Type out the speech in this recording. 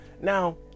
Now